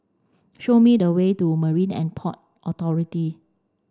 show me the way to Marine And Port Authority